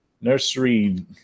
nursery